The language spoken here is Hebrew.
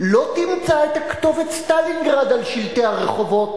לא תמצא את הכתובת "סטלינגרד" על שלטי הרחובות,